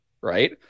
right